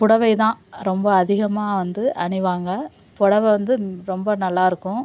புடவை தான் ரொம்ப அதிகமாக வந்து அணிவாங்க பொடவை வந்து ரொம்ப நல்லாயிருக்கும்